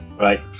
Right